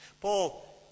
Paul